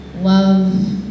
love